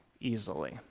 easily